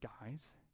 guys